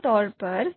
आमतौर पर